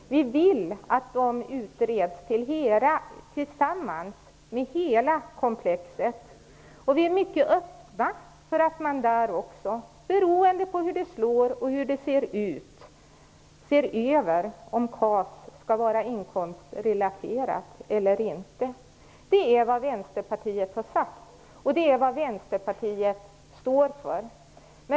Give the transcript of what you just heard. Vi vill att de utreds tillsammans med hela komplexet. Vi är mycket öppna för att man där också, beroende på hur det slår och hur set ser ut, ser över om KAS skall vara inkomstrelaterat eller inte. Det är vad Vänsterpartiet har sagt och står för.